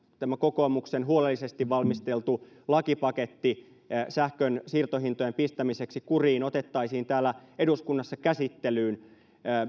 tämä kokoomuksen huolellisesti valmisteltu lakipaketti sähkönsiirtohintojen pistämiseksi kuriin otettaisiin täällä eduskunnassa käsittelyyn